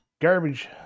garbage